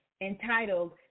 entitled